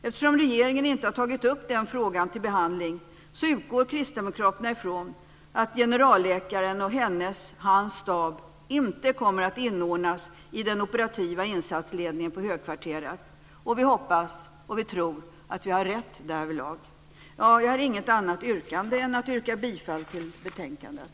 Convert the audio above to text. Eftersom regeringen inte har tagit upp den frågan till behandling utgår kristdemokraterna ifrån att generalläkaren och hennes eller hans stab inte kommer att inordnas i den operativa insatsledningen i högkvarteret. Vi hoppas och tror att vi har rätt därvidlag. Jag har inget annat yrkande än att yrka bifall till utskottets hemställan i betänkandet.